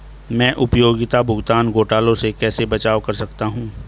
मैं उपयोगिता भुगतान घोटालों से कैसे बचाव कर सकता हूँ?